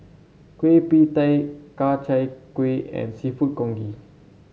Kueh Pie Tee Ku Chai Kuih and seafood congee